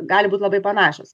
gali būt labai panašios